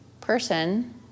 person